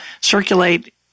circulate